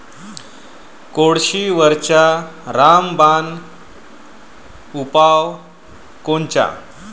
कोळशीवरचा रामबान उपाव कोनचा?